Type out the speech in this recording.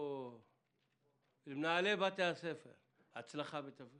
למנהלי בתי הספר הצלחה.